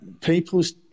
people's